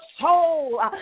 soul